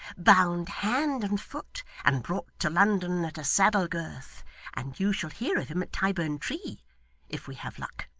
bound hand and foot, and brought to london at a saddle-girth and you shall hear of him at tyburn tree if we have luck.